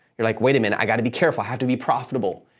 you're like, wait a minute, i got to be careful. i have to be profitable.